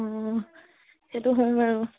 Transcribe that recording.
অঁ সেইটো হয় বাৰু